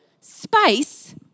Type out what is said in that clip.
space